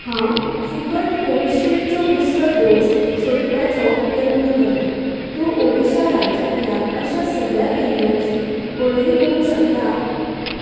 हांव फुकट कोविशिल्डचो बुस्टर डोस सोदपाचो यत्न करता तूं ओडिशा राज्यांतल्या अशा सगळ्या केंद्रांची वळेरी करूंक शकता